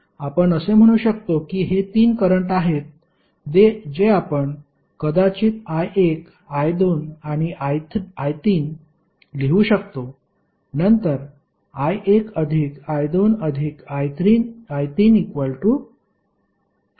आपण असे म्हणू शकतो की हे तीन करंट आहेत जे आपण कदाचित I1 I2 आणि I3 लिहू शकतो नंतर I1 I2 I3 0